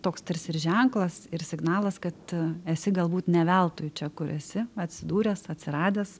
toks toks tarsi ir ženklas ir signalas kad esi galbūt ne veltui čia kur esi atsidūręs atsiradęs